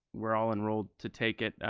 we're all enrolled to take it,